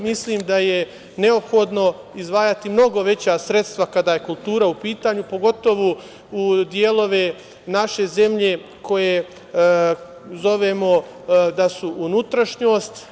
Mislim da je neophodno izdvajati mnogo veća sredstva kada je kultura u pitanju, pogotovo u delove naše zemlje koje zovemo da su unutrašnjost.